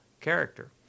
character